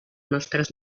nostres